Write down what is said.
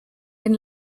den